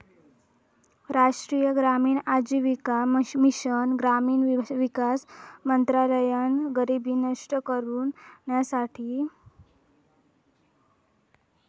राष्ट्रीय ग्रामीण आजीविका मिशन ग्रामीण विकास मंत्रालयान गरीबी नष्ट करू साठी निर्माण केलेली परियोजना हा